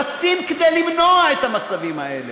רצים כדי למנוע את המצבים האלה.